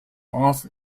off